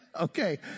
Okay